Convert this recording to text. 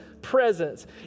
Presence